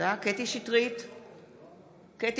קטי קטרין שטרית,